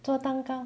做蛋糕